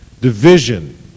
Division